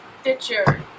Stitcher